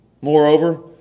Moreover